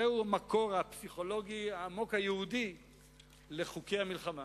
זהו המקור הפסיכולוגי העמוק היהודי לחוקי המלחמה.